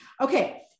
Okay